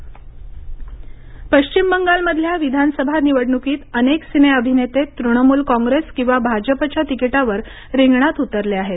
पश्चिम बंगाल अभिनेते पश्चिम बंगालमधल्या विधानसभा निवडणुकीत अनेक सिने अभिनेते तृणमूल कॉंग्रेस किंवा भाजपच्या तिकिटावर रिंगणात उतरले आहेत